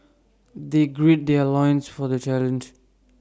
they gird their loins for the challenge